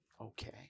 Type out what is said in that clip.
Okay